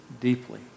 deeply